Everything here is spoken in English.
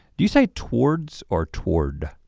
do you say towards or toward?